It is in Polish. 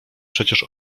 przecież